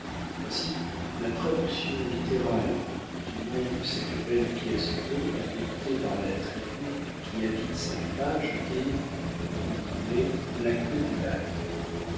ainsi la traduction littérale du nom de cette belle pièce d'eau adopté par la tribu qui habite ces rivages est la queue du lac